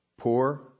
Poor